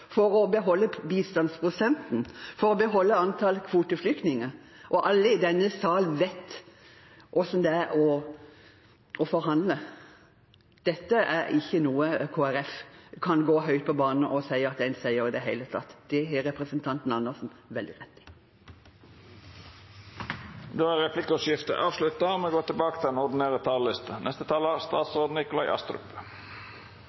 for å beholde bistandsprosenten, for å beholde antall kvoteflyktninger. Og alle i denne sal vet hvordan det er å forhandle. Dette er ikke noe Kristelig Folkeparti kan gå høyt på banen og si er en seier. Det har representanten Andersen veldig rett i. Replikkordskiftet er omme. 2020 ble et krevende år. Koronapandemien har påvirket oss alle og